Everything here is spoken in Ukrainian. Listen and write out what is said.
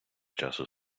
часу